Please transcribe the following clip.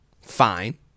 fine